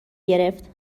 گرفت